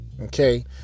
Okay